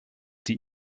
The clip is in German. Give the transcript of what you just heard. die